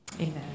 Amen